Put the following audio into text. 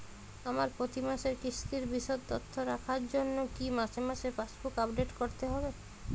আমার প্রতি মাসের কিস্তির বিশদ তথ্য রাখার জন্য কি মাসে মাসে পাসবুক আপডেট করতে হবে?